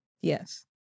Yes